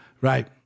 Right